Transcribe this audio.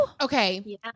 Okay